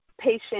patient